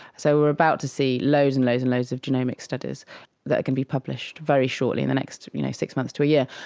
so we are about to see loads and loads and loads of genomic studies that can be published very shortly in the next you know six months to a year.